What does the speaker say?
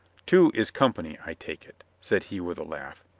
two is company, i take it, said he with a laugh.